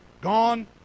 Gone